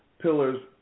pillars